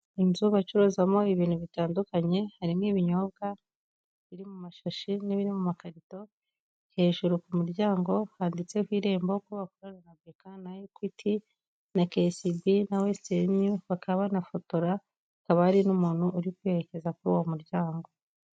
Inzu bacuruzamo ibintu bitandukanye, harimo ibinyobwa biri mu mashashi n'ibiri mu makarito, hejuru ku muryango haditseho irembo, ko bakorana na BK na Equity na KCB, NA WESTERTN UNION, bakab banafotora, hakaba hari n'umuntu uri kwerekeza kuri uwo muryango.